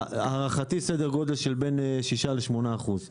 להערכתי סדר גודל של בין 6% ל-8%.